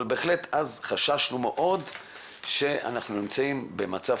אבל בהחלט אז חששנו מאוד שאנחנו נמצאים במצב